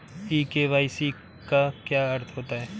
ई KYC का क्या अर्थ होता है?